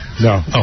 No